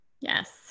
Yes